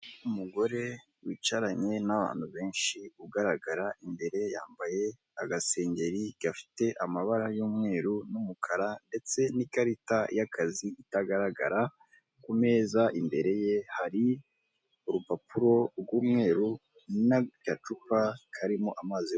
Umugore wicaranye n'abantu benshi ugaragara imbere yambaye agasengeri gafite amabara y'umweru n'umukara ndetse n'ikarita y'akazi itagaragara ku meza imbere ye hari urupapuro rw'umweru n'agacupa karimo amazi.